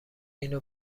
اینو